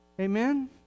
Amen